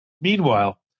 Meanwhile